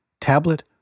tablet